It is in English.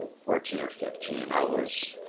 ah fourteen or fifteen i was